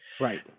Right